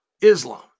Islam